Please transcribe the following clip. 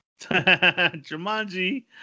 Jumanji